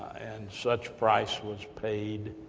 and such price was paid,